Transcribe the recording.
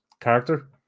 character